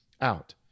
out